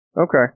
Okay